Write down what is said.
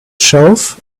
shelf